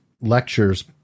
lectures